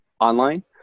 online